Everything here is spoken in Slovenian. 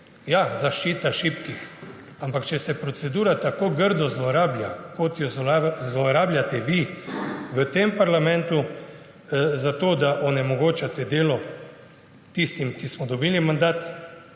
ja, zaščita šibkih, ampak če se procedura tako grdo zlorablja, kot jo zlorabljate vi v tem parlamentu, zato da onemogočate delo tistim, ki smo dobili mandat,